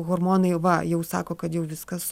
hormonai va jau sako kad jau viskas